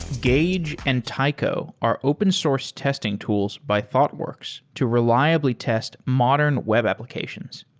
gauge and taiko are open source testing tools by thoughtworks to reliably test modern web applications.